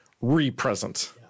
re-present